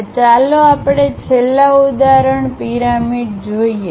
હવે ચાલો આપણે છેલ્લા ઉદાહરણ પિરામિડ જોઈએ